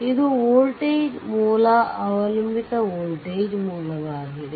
ಇದು ವೋಲ್ಟೇಜ್ ಮೂಲ ಅವಲಂಬಿತ ವೋಲ್ಟೇಜ್ ಮೂಲವಾಗಿದೆ